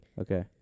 Okay